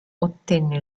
ottenne